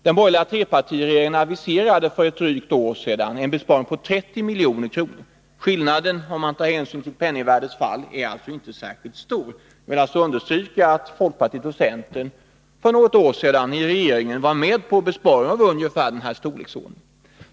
Den borgerliga trepartiregeringen aviserade för drygt ett år sedan en besparing på 30 milj.kr. Om man tar hänsyn till penningvärdets fall är skillnaden inte särskilt stor, men jag vill understryka att folkpartiet och centern för något år sedan i regeringen var med på en besparing av ungefär den här storleksordningen.